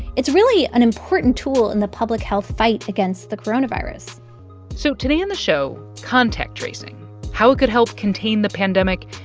it's really an important tool in the public health fight against the coronavirus so today on the show contact tracing how it could help contain the pandemic,